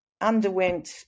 underwent